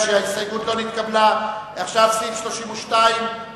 ההסתייגות של קבוצת סיעת מרצ לסעיף 32 לא